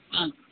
ആ